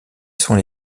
sont